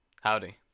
Howdy